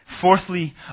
Fourthly